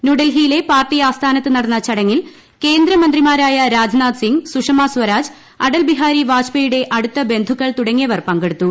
ന്യൂഡൽഹിയിലെ പാർട്ടി ആസ്ഥാനത്ത് നടന്ന ചടങ്ങിൽ കേന്ദ്രമന്ത്രിമാരായ രാജ്നാഥ് സിംഗ് സുഷമ സ്വരാജ് അടൽ ബിഹാരി വാജ്പേയിയുടെ അടുത്ത ബന്ധുക്കൾ തുടങ്ങിയവർ പങ്കെടുത്തു